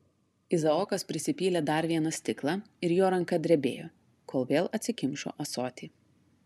izaokas prisipylė dar vieną stiklą ir jo ranka drebėjo kol vėl atsikimšo ąsotį